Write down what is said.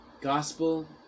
gospel